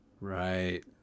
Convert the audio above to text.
Right